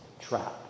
trap